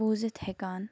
بوزِتھ ہیٚکان